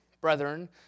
brethren